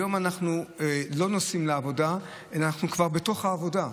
היום אנחנו לא נוסעים לעבודה אלא אנחנו כבר בתוך העבודה,